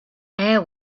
air